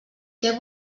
què